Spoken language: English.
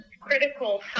critical